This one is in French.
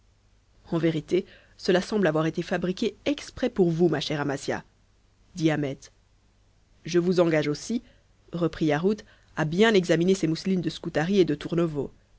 en vérité cela semble avoir été fabriqué exprès pour vous ma chère amasia dit ahmet je vous engage aussi reprit yarhud à bien examiner ces mousselines de scutari et de tournovo